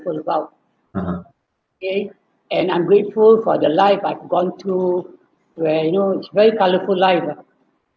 grateful about K and I'm grateful for the life I've gone through where you know it's very colourful life ah